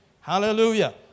Hallelujah